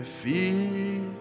feel